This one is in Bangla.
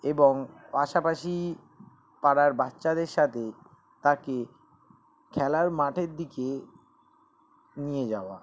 এবং পাশাপাশি পাড়ার বাচ্চাদের সাথে তাকে খেলার মাঠের দিকে নিয়ে যাওয়া